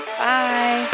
bye